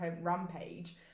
rampage